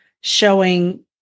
showing